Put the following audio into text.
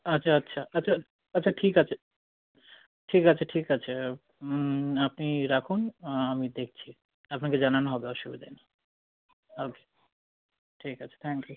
আচ্ছা আচ্ছা আচ্ছা আচ্ছা ঠিক আছে ঠিক আছে ঠিক আছে আপনি রাখুন আমি দেখছি আপনাকে জানানো হবে অসুবিধে নেই ও কে ঠিক আছে থ্যাংক ইউ